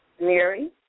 Mary